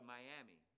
Miami